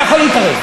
אתה יכול להתערב.